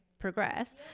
progress